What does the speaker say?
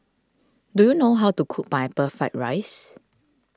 do you know how to cook Fried Rice